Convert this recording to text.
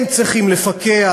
הם צריכים לפקח.